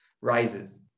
rises